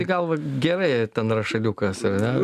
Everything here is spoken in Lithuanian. į galvą gerai ten rašaliukas ar ne